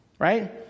right